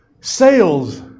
Sales